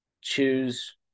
choose